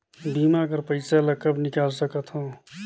बीमा कर पइसा ला कब निकाल सकत हो?